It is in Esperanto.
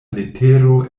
letero